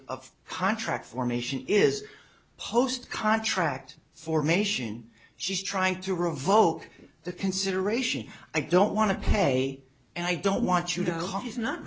of contract formation is post contract formation she's trying to revoke the consideration i don't want to pay and i don't want you to hope he's not